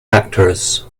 actors